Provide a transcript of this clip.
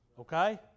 Okay